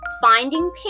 finding